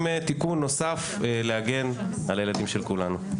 תיקון נוסף כדי להגן על הילדים של כולנו.